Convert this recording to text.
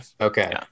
okay